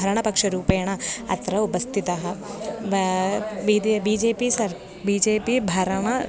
भरणपक्षरूपेण अत्र उपस्थितः बा बिदे B J P sir B J P भरणं